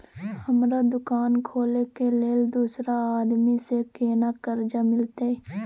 हमरा दुकान खोले के लेल दूसरा आदमी से केना कर्जा मिलते?